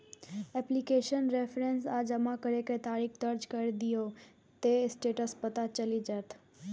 application reference आ जमा करै के तारीख दर्ज कैर दियौ, ते स्टेटस पता चलि जाएत